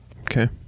okay